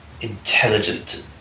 intelligent